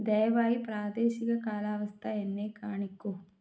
ദയവായി പ്രാദേശിക കാലാവസ്ഥ എന്നെ കാണിക്കൂ